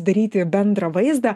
daryti bendrą vaizdą